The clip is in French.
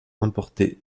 importées